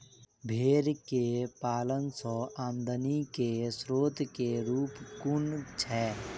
भेंर केँ पालन सँ आमदनी केँ स्रोत केँ रूप कुन छैय?